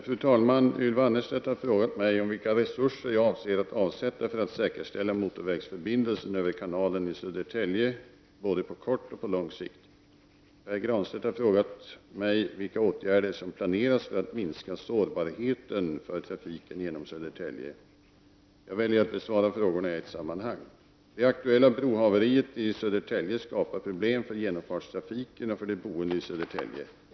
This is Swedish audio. Fru talman! Ylva Annerstedt har frågat mig om vilka resurser jag avser att avsätta för att säkerställa motorvägsförbindelsen över kanalen i Södertälje både på kort och på lång sikt. Jag väljer att besvara frågorna i ett sammanhang. Det aktuella brohaveriet i Södertälje skapar problem för genomfartstrafiken och för de boende i Södertälje.